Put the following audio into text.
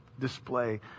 display